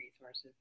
resources